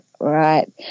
right